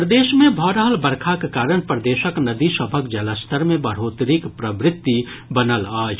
प्रदेश मे भऽ रहल बरखाक कारण प्रदेशक नदी सभक जलस्तर मे बढ़ोतरीक प्रवृत्ति बनल अछि